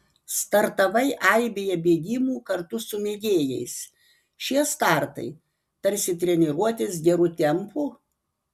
startavai aibėje bėgimų kartu su mėgėjais šie startai tarsi treniruotės geru tempu